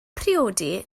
priodi